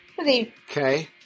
Okay